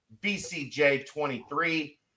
BCJ23